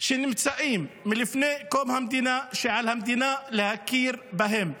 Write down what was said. שנמצאים מלפני קום המדינה, שעל המדינה להכיר בהם.